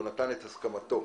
והוא נתן את הסכמתו.